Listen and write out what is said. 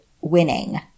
winning